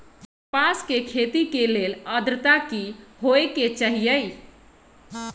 कपास के खेती के लेल अद्रता की होए के चहिऐई?